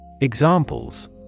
Examples